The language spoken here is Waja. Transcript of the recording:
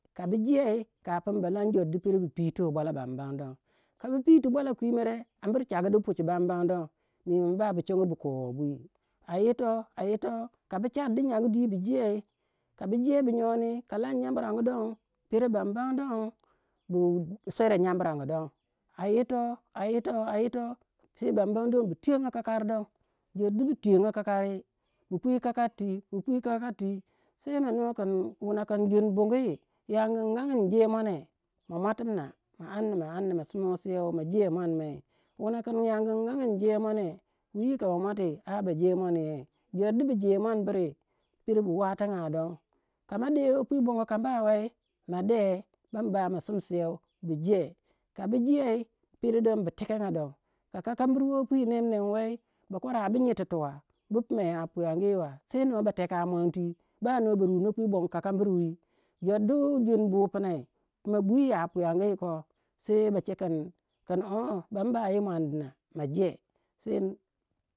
Ka bu jei ka pun ba lan jor du bu pito bwalau don kabu piti bwalau kwi mere ambir chagu di puchi bam bam don, mimaba bu chogo bu kowe bwi a yitoh a yitoh ka bu char di nyangu di bu jei ka bu jei bu nyoni ka lan nyambrangu don pero bambam don, bu swera nyambrangu don a yitoh a yitoh sei bam bam don bu tuyongo kakari, don jor du bu tuyongo kakari bu pwi kakar twi bu pwi kakari twi sei ma nuwa kin wuna kin jun bungi yangi in ange inje muone ma muatimna ma amna ma amna ma simuwese ma je muon, mai wuna kin yangi angi inje muone wui inka ba muati ara ba je muoniyei jor du bu je muon biri pero bu watanga don ka ma de we pwi bongo kamba wei ma de bam ba ma simseu bu je, ko bu jei pero don bu tekenga don ka kakam bir woh pwi nem nem wei bakwara bu nyititiwa bu puma ya puyangi wa sai noh ba teka muon twi ba noh ba runo pwi bong kaka bir wi jor du jun bu punei pina bwi ya puyangi ko sei ba che kin ban ba yi muone dina ma je.